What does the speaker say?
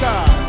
God